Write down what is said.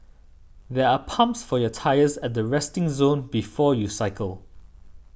there are pumps for your tyres at the resting zone before you cycle